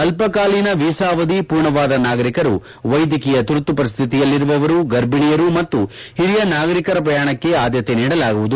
ಅಲ್ಪಕಾಲೀನ visa ಅವಧಿ ಪೂರ್ಣವಾದ ನಾಗರಿಕರು ವೈದ್ಯಕೀಯ ತುರ್ತು ಪರಿಸ್ಥಿತಿಯಲ್ಲಿರುವವರು ಗರ್ಭಿಣಿಯರು ಮತ್ತು ಹಿರಿಯ ನಾಗರಿಕರ ಪ್ರಯಾಣಕ್ಕೆ ಆದ್ಯತೆ ನೀದಲಾಗುವುದು